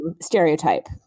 stereotype